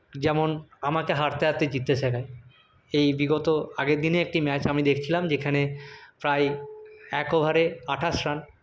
যেমন আমাকে হারতে হারতে জিততে শেখায় এই বিগত আগের দিনেই একটি ম্যাচ আমি দেখছিলাম যেখানে প্রায় এক ওভারে আঠাশ রান